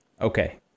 Okay